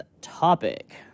topic